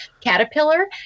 caterpillar